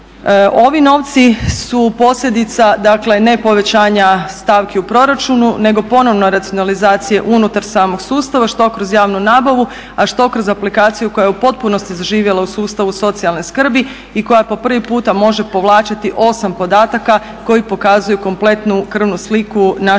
Ovi novci su posljedica dakle ne povećanja stavki u proračunu nego ponovno racionalizacije unutar samog sustava što kroz javnu nabavu, a što kroz aplikaciju koja je u potpunosti zaživjela u sustavu socijalne skrbi i koja po prvi puta može povlačiti 8 podataka koji pokazuju kompletnu krvnu sliku naših